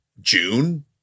June